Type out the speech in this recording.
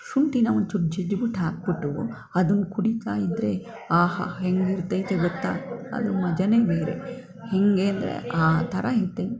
ಶುಂಠಿನ ಒಂಚೂರು ಜಜ್ಜಿಬಿಟ್ಟು ಹಾಕ್ಬಿಟ್ಟು ಅದನ್ನು ಕುಡಿತಾ ಇದ್ದರೆ ಆಹಾ ಹೆಂಗಿರ್ತೈತಿ ಗೊತ್ತಾ ಅದು ಮಜವೇ ಬೇರೆ ಹೇಗೆ ಅಂದರೆ ಆ ಥರ ಇದ್ದೆ